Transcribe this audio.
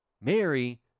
Mary